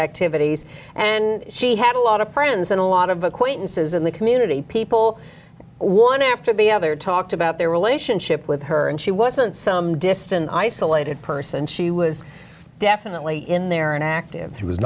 activities and she had a lot of friends and a lot of acquaintances in the community people one after the other talked about their relationship with her and she wasn't some distant isolated person she was definitely in there an active she was